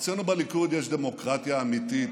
אצלנו בליכוד יש דמוקרטיה אמיתית.